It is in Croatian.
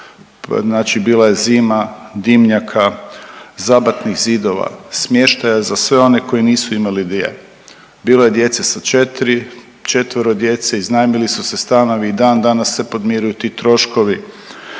znači bila je zima, dimnjaka, zabatnih zidova, smještaja za sve one koji nisu imali gdje, bilo je djece sa četiri, četvoro djece, iznajmili su se stanovi i dan danas se podmiruju ti troškovi.